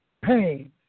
pain